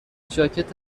ژاکت